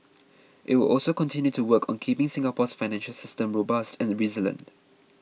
it will also continue to work on keeping Singapore's financial system robust and resilient